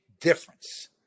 difference